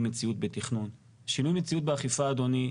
מציאות בתכנון .שינוי מציאות באכיפה אדוני,